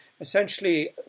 essentially